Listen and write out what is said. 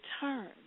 turn